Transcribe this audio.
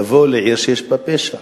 יבואו לעיר שיש בה פשע.